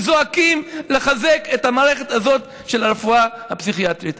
וזועקים לחזק את המערכת הזאת של הרפואה הפסיכיאטרית.